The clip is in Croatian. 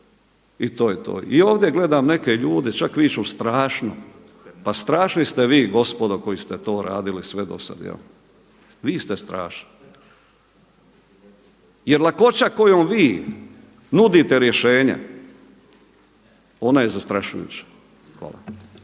i to je to. I ovdje gledam neke ljude, čak viču strašno. Pa strašni ste vi gospodo koji ste to radili sve do sad. Jel'? Vi ste strašni, jer lakoća kojom vi nudite rješenje ona je zastrašujuća. Hvala.